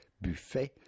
buffet